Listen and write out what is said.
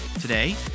Today